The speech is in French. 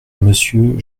monsieur